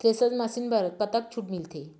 Thresher machine म कतक छूट मिलथे?